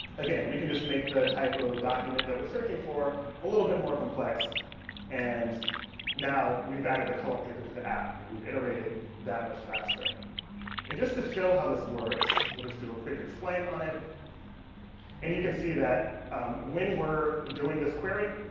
again we can just make the type of document that we're searching for a little bit more complex and now we've added a color picker to the app. we've iterated that much faster and just to show how this works we'll just do a quick explain on it and you can see that when we're doing this query.